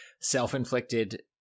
self-inflicted